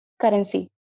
currency